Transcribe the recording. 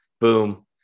boom